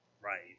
Right